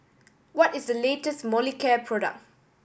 what is the latest Molicare product